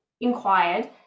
inquired